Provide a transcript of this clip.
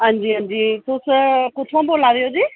हां जी हां जी तुस कुत्थुआं बोला दे ओ जी